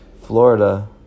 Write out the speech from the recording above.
Florida